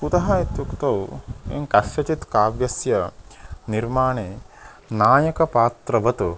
कुतः इत्युक्तौ कस्यचित् काव्यस्य निर्माणे नायकपात्रवत्